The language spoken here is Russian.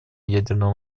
ядерного